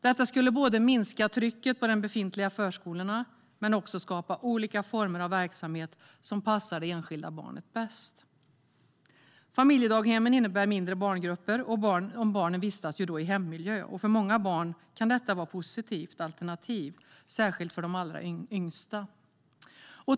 Detta skulle både minska trycket på befintliga förskolor och skapa olika former av verksamhet som passar det enskilda barnet bäst. Familjedaghemmen innebär mindre barngrupper, och barnen vistas då i hemmiljö. För många barn kan detta vara ett positivt alternativ, särskilt för de allra yngsta.